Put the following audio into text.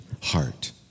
heart